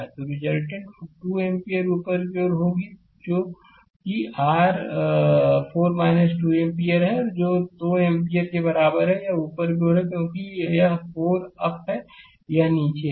तो resultant 2 ampere ऊपर की ओर होगी जो कि आर 4 2 एम्पीयर है जो कि 2 एम्पीयर के बराबर है यह ऊपर की ओर है क्योंकि यह 4 अप है यह नीचे है